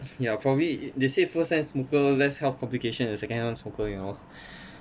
ya probably it they say firsthand smoker less health complications than secondhand smoker you know